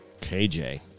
KJ